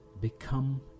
Become